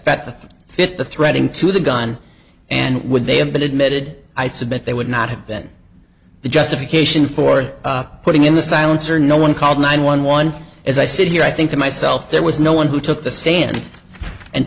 that fit the threading to the gun and would they have been admitted i submit they would not have been the justification for putting in the silencer no one called nine one one as i sit here i think to myself there was no one who took the stand and